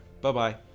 Bye-bye